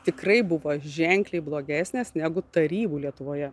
tikrai buvo ženkliai blogesnės negu tarybų lietuvoje